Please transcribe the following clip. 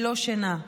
ללא שינה,